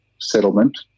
settlement